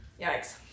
Yikes